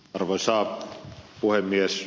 arvoisa puhemies